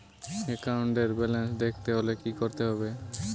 একাউন্টের ব্যালান্স দেখতে হলে কি করতে হবে?